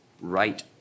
right